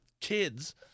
kids